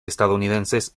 estadounidenses